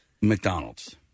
mcdonald's